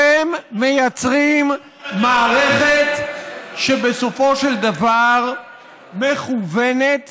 אתם מייצרים מערכת שבסופו של דבר מכוונת